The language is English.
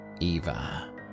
Eva